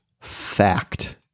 fact